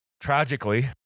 Tragically